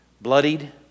bloodied